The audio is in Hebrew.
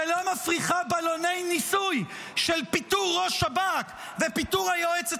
שלא מפריחה בלוני ניסוי של פיטורי ראש שב"כ ופיטורי היועצת